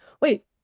Wait